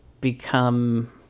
become